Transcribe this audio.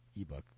ebook